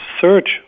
search